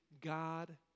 God